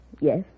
Yes